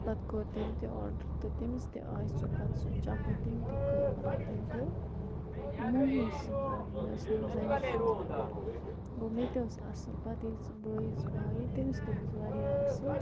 پَتہٕ کوٚر تٔمۍ تہِ آرڈَر تہٕ تٔمِس تہِ آیہِ سۄ پَتہٕ سۄ چَپٕنۍ تٔمۍ تہِ کٔر مطلَب تٔمۍ کٔر موہنی سٕنٛز آرڈَر مےٚ ٲسۍ کٔرمٕژ زَنہِ سٕنٛز آرڈَر گوٚو مےٚ تہِ ٲس اَصٕل پَتہٕ ییٚلہِ سُہ بٲیِس آیہِ تٔمِس تہِ ٲس واریاہ اَصٕل